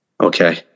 Okay